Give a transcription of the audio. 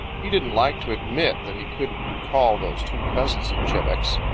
he didn't like to admit that he couldn't recall those two cousins of chebec's.